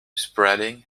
spreading